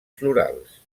florals